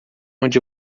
onde